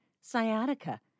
sciatica